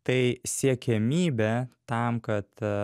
tai siekiamybė tam kad